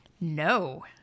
No